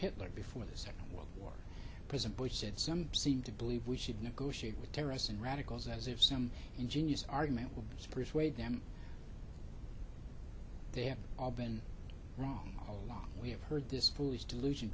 hitler before the second world war president bush said some seem to believe we should negotiate with terrorists and radicals as if some ingenious argument has persuade them they have all been wrong all along we have heard this foolish delusion